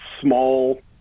small